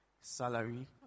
salary